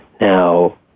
Now